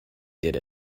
did